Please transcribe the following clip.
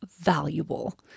valuable